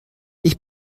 ich